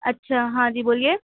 اچھا ہاں جی بولیے